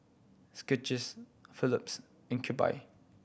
Skechers Phillips and Cube I